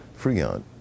Freon